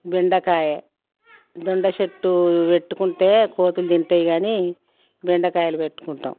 బెండకాయ దొండ చెట్టు పెట్టుకుంటే కోతులు తింటయి కాని బెండకాయలు పెట్టుకుంటాం